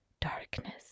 darkness